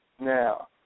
now